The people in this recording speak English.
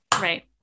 Right